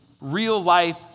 real-life